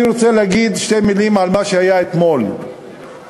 אני רוצה להגיד שתי מילים על מה שהיה אתמול בנגב.